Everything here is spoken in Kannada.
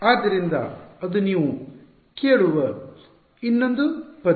ಆದ್ದರಿಂದ ಅದು ನೀವು ಕೇಳುವ ಇನ್ನೊಂದು ಪದ